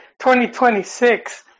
2026